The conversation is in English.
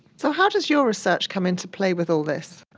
so how does your research come into play with all this?